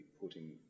putting